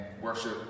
worship